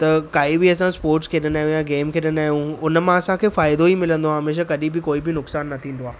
त काई बि असां स्पोर्ट्स खेॾंदा आहियूं या गेम खेॾंदा आहियूं उन मां असांखे फ़ाइदो ई मिलंदो आहे हमेशह कॾहिं बि कोई बि नुक़सानु न थींदो आहे